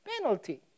Penalty